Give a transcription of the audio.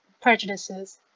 prejudices